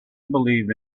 believe